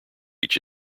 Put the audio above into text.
each